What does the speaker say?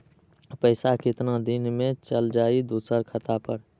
पैसा कितना दिन में चल जाई दुसर खाता पर?